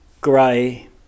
grey